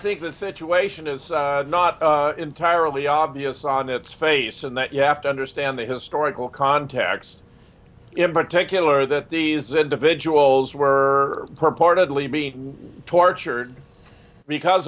think the situation is not entirely obvious on its face and that you have to understand the historical context in particular that these individuals were purportedly being tortured because